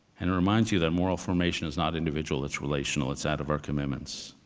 and it reminds you that moral formation is not individual, it's relational. it's out of our commitments.